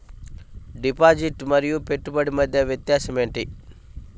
Deposit మరియు పెట్టుబడి మధ్య వ్యత్యాసం ఏమిటీ?